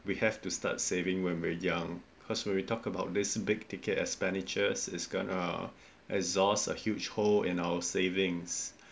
we have to start saving when we're young cause we talk about this big ticket expenditures it's gonna exhaust a huge hole in our savings